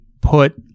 put